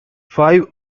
five